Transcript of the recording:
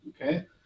Okay